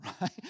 right